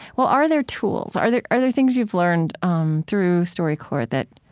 well, are there tools, are there are there things you've learned um through storycorps that